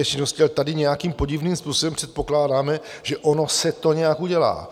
Ale tady nějakým podivným způsobem předpokládáme, že ono se to nějak udělá.